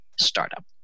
startup